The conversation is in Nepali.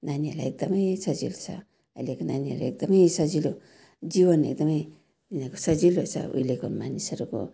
नानीहरूलाई एकदमै सजिलो छ अहिलेको नानीहरू एकदमै सजिलो जीवन एकदमै तिनीहरूको सजिलो छ उहि लेको मानिसहरूको